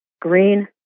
green